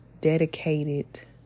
dedicated